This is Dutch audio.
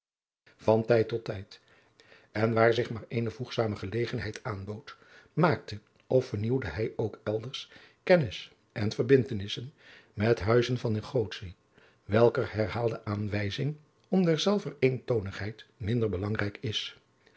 van tijd tot tijd en waar zich maar eene voegzame gelegenheid aanbood maakte of vernieuwde hij ook elders kennis en verbindtenissen met huizen van negotie welker herhaalde aanwijzing om derzelver eentoonigheid minder belangrijk is